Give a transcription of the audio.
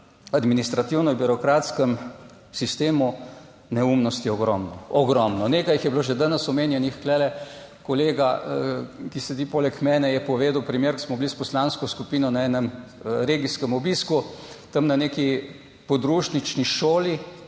administrativno birokratskem sistemu neumnosti ogromno, ogromno. Nekaj jih je bilo že danes omenjenih tule. Kolega, ki sedi poleg mene, je povedal primer, ko smo bili s poslansko skupino na enem regijskem obisku tam na neki podružnični šoli,